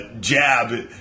jab